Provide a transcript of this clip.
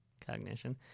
cognition